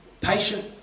patient